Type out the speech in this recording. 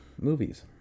movies